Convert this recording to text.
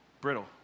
brittle